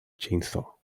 chainsaw